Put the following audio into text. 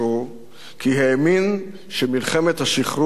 כי האמין שמלחמת השחרור לא תמה,